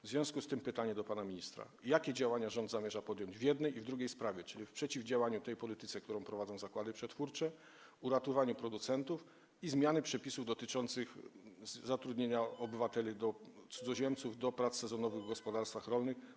W związku z tym mam pytanie do pana ministra: Jakie działania rząd zamierza podjąć w jednej i w drugiej sprawie, czyli w zakresie przeciwdziałania tej polityce, którą prowadzą zakłady przetwórcze, uratowania producentów i zmiany przepisów dotyczących zatrudnienia obywateli, cudzoziemców do prac sezonowych w gospodarstwach rolnych?